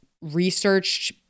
researched